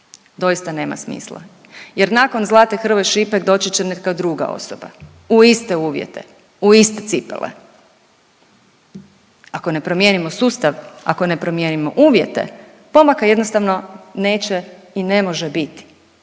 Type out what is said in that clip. doista nema smisla jer nakon Zlate Hrvoj-Šipek doći će neka druga osoba u iste uvjete, u iste cipele, ako ne promijenimo sustav, ako ne promijenimo uvjete pomaka jednostavno neće i ne može biti,